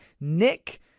Nick